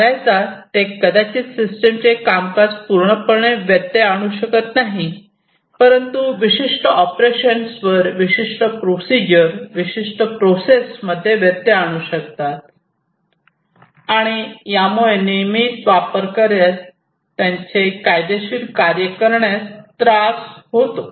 बऱ्याचदा ते कदाचित सिस्टमचे कामकाज पूर्णपणे व्यत्यय आणू शकत नाहीत परंतु विशिष्ट ऑपरेशन्सवर विशिष्ट प्रोसिजर विशिष्ट प्रोसेस मध्ये व्यत्यय आणू शकतात आणि यामुळे नियमित वापर कर्त्यास त्यांचे कायदेशीर कार्ये करण्यास त्रास होतो